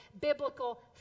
biblical